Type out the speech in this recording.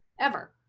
ever.